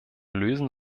lösen